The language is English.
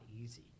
easy